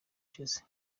ishize